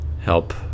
Help